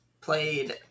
played